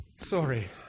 sorry